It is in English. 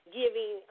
giving